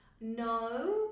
no